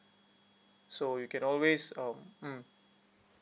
so you can always um mm